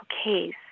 Okay